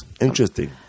Interesting